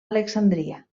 alexandria